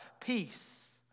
peace